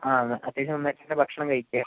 ആ അത്യാവശ്യം നന്നായിട്ട് തന്നെ ഭക്ഷണം കഴിക്കുക